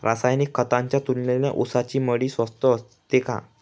रासायनिक खतांच्या तुलनेत ऊसाची मळी स्वस्त असते का?